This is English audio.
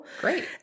Great